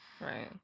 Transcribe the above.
Right